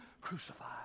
crucified